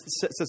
says